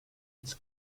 its